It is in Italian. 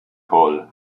hall